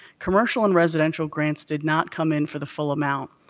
commercial and residential grants did not come in for the full amount.